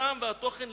הטעם והתוכן,